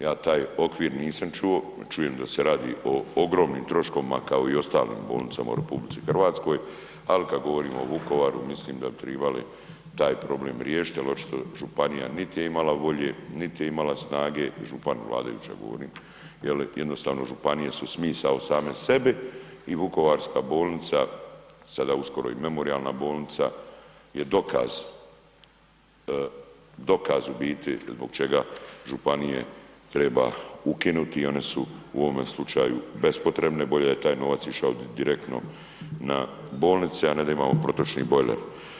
Ja taj okvir nisam čuo, čujem da se radi o ogromnim troškovima, kao u ostalim bolnicama u RH, ali kad govorimo o Vukovaru, mislim da bi trebali taj problem riješiti jer očito županija niti je imala volje, niti je imala snage, župan vladajući govorim jer jednostavno županije su smisao same sebi i vukovarska bolnica, sada uskoro i memorijalna bolnica je dokaz, dokaz u biti zbog čega županije treba ukinuti i one su u ovome slučaju bespotrebne, bolje da je taj novac išao direktno na bolnice, a ne da imamo protočni bojler.